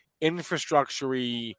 infrastructure